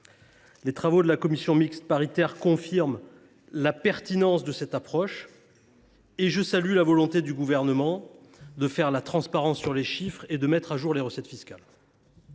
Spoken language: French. Les travaux de la commission mixte paritaire confirment la pertinence de cette approche. Je salue par ailleurs le souci du Gouvernement de faire la transparence sur les chiffres et d’actualiser le montant des recettes fiscales.